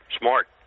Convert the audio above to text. smart